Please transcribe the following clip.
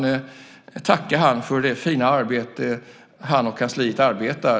Jag vill tacka honom för det fina arbete som han och kansliet gör.